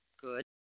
Good